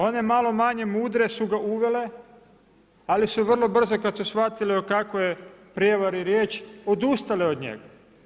One malo manje mudre su ga uvele, ali su vrlo brzo kad su shvatile o kakvoj je prijevari riječ odustale od njega.